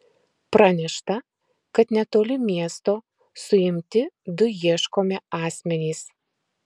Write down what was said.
pranešta kad netoli miesto suimti du ieškomi asmenys